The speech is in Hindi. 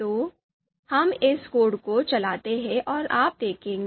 तो हम इस कोड को चलाते हैं और आप देखेंगे